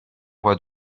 voit